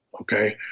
Okay